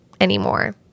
anymore